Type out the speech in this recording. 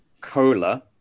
Cola